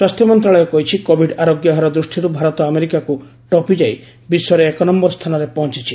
ସ୍ୱାସ୍ଥ୍ୟ ମନ୍ତ୍ରଣାଳୟ କହିଛି କୋବିଡ୍ ଆରୋଗ୍ୟ ହାର ଦୃଷ୍ଟିରୁ ଭାରତ ଆମେରିକାକୁ ଟପିଯାଇ ବିଶ୍ୱରେ ଏକନ୍ୟର ସ୍ଥାନରେ ପହଞ୍ଚୁଛି